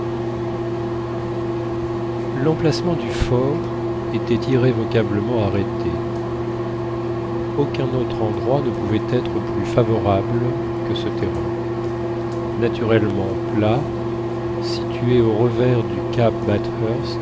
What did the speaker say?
l'emplacement du fort était irrévocablement arrêté aucun autre endroit ne pouvait être plus favorable que ce terrain naturellement plat situé au revers du cap